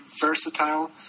versatile